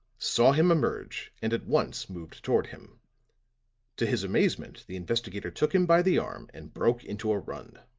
saw him emerge and at once moved toward him to his amazement the investigator took him by the arm and broke into a run.